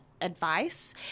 advice